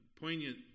poignant